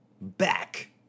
back